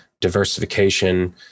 Diversification